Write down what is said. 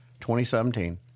2017